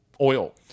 oil